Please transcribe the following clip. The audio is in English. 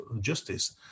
Justice